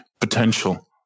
potential